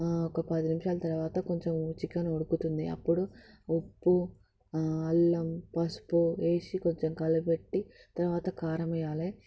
ఒక పది నిమిషాల తర్వాత కొంచెం చికెన్ ఉడుకుతుంది అప్పుడు ఉప్పు అల్లం పసుపు వేసి కొంచెం కలపెట్టి తర్వాత కారం వేయాలి